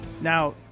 Now